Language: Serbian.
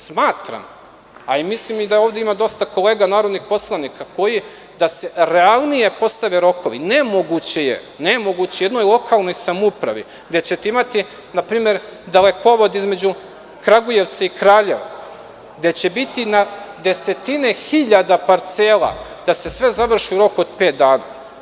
Smatram, a mislim i da ovde ima dosta kolega narodnih poslanika koji tako misle, da je nemoguće da se realnije postave rokovi u jednoj lokalnoj samoupravi gde ćete imati, na primer, dalekovod između Kragujevca i Kraljeva, gde će biti na desetine hiljade parcela da se sve završi u roku od pet dana.